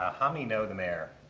how many know the mayor?